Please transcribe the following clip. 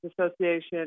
Association